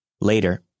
Later